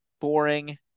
boring